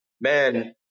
man